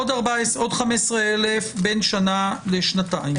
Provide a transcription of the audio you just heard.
עוד 15,000 בין שנה לשנתיים.